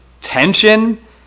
tension